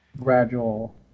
gradual